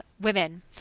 women